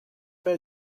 pas